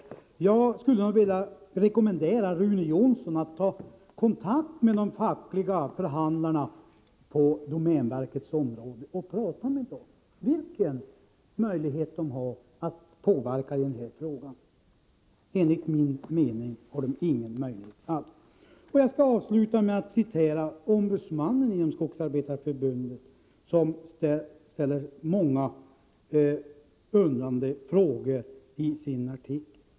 Jag skulle vilja rekommendera Rune Jonsson att ta kontakt med de fackliga förhandlarna på domänverket och tala med dem om vilken möjlighet de har att påverka i denna fråga. Enligt min mening har de ingen möjlighet alls. Jag skall avsluta med att citera en ombudsman på Skogsarbetareförbundet. Han ställer en del frågor i sin artikel.